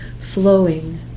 flowing